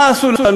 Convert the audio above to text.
מה עשו לנו?